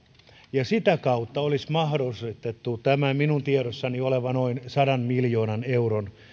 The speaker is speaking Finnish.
ja sitä kautta olisi mahdollistettu tämä minun tiedossani oleva noin sadan miljoonan euron